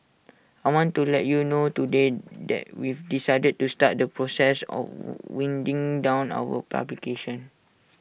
I want to let you know today that we've decided to start the process of winding down our publication